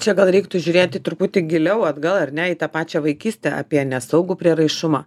čia gal reiktų žiūrėti truputį giliau atgal ar ne į tą pačią vaikystę apie nesaugų prieraišumą